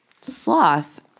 Sloth